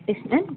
yes ma'am